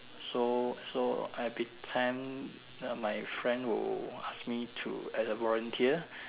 so so every time uh my friend will ask me to as a volunteer